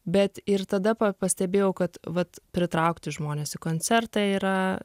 bet ir tada pa pastebėjau kad vat pritraukti žmones į koncertą yra